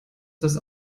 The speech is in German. das